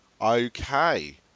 Okay